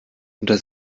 unter